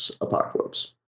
apocalypse